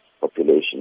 population